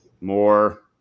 more